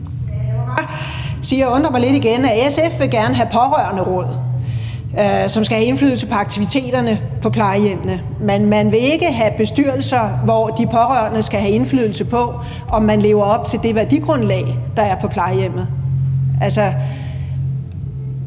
jeg undrer mig lidt over, at SF gerne vil have pårørenderåd, som skal have indflydelse på aktiviteterne på plejehjemmene, men man vil ikke have bestyrelser, hvor de pårørende skal have indflydelse på, om man lever op til det værdigrundlag, der er på plejehjemmet. Altså,